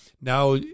now